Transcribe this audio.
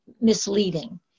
misleading